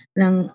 ng